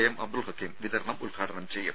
M Abdul Hakeem വിതരണം ഉദ്ഘാടനം ചെയ്യും